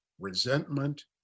resentment